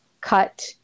cut